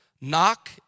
knock